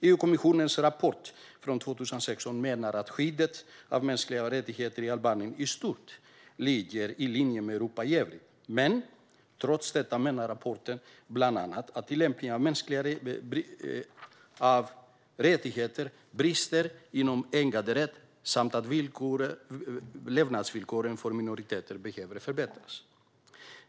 EU-kommissionens rapport från 2016 menar att skyddet av mänskliga rättigheter i Albanien i stort ligger i linje med Europa i övrigt, men trots detta menar rapporten bland annat att tillämpningen av mänskliga rättigheter brister inom äganderätt samt att levnadsvillkoren för minoriteter behöver förbättras.